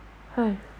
haiz